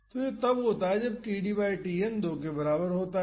तो यह तब होता है जब td बाई Tn 2 के बराबर होता है